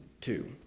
two